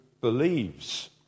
believes